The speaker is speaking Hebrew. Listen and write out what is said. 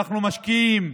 אנחנו משקיעים,